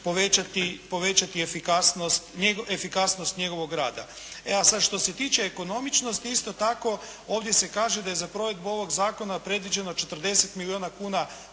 povećati efikasnost njegovog rada. E a sad što se tiče ekonomičnosti, isto tako ovdje se kaže da je za provedbu ovog zakona predviđeno 40 milijuna kuna